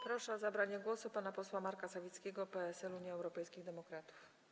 Proszę o zabranie głosu pana posła Marka Sawickiego, PSL - Unia Europejskich Demokratów.